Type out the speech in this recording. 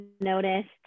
noticed